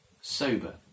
sober